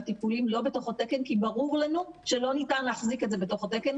והטיפולים לא בתוך התקן כי ברור לנו שלא ניתן להחזיק את זה בתוך התקן,